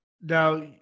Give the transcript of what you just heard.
now